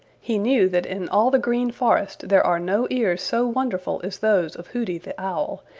he knew that in all the green forest there are no ears so wonderful as those of hooty the owl,